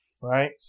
right